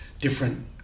different